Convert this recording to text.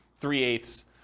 three-eighths